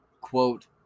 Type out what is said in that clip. Quote